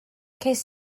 ces